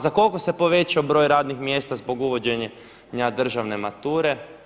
Za koliko se povećao broj radnih mjesta zbog uvođenja državne mature?